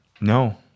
No